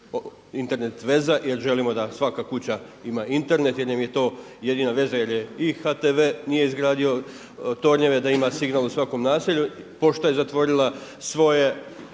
Internet veza jer želimo da svaka kuća ima Internet jer nam je to jedina veza je i HTV nije izgradio tornjeve da ima signal u svakom naselju, pošta je zatvorila svoje